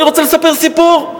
אני רוצה לספר סיפור: